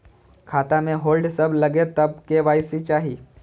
खाता में होल्ड सब लगे तब के.वाई.सी चाहि?